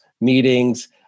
meetings